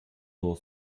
nur